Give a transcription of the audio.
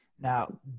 Now